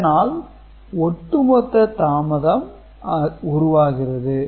இதனால் ஒட்டு மொத்த தாமதம் உருவாகிறது